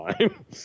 time